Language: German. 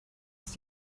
ist